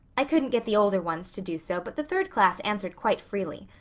i couldn't get the older ones to do so, but the third class answered quite freely.